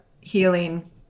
healing